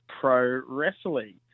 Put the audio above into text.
pro-wrestling